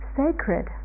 sacred